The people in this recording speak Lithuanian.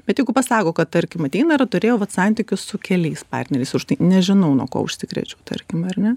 bet jeigu pasako kad tarkim ateina turėjo vat santykius su keliais partneriais už tai nežinau nuo ko užsikrėčiau tarkim ar ne